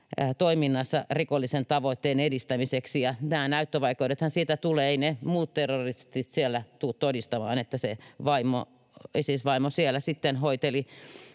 toiminnassa rikollisen tavoitteen edistämiseksi, ja nämä näyttövaikeudethan siitä tulevat, sillä eivät ne muut terroristit siellä tule todistamaan, että se Isis-vaimo siellä sitten hoiteli